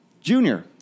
Junior